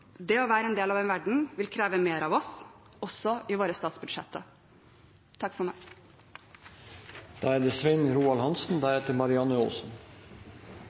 det å være en del av en verden, vil kreve mer av oss, også i våre statsbudsjetter. Som komitélederen sa, er det